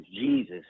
Jesus